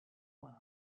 world